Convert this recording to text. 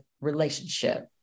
relationship